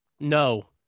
No